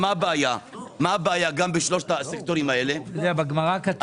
מה הבעיה בשלושת הסקטורים האלה- -- בגמרא כתוב